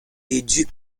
déduis